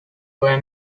were